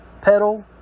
pedal